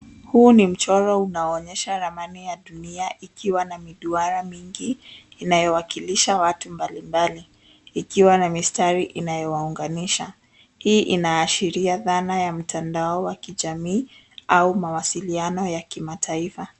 Huu ni mchoro unaonyesha ramani ya dunia ikiwa na miduara mingi inayowakilisha watu mbalimbali ikiwa na mistari inayowauganisha. Hii inaashiria dhana ya mtandao wa kijamii au mawasiliano ya kimataifa.